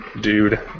dude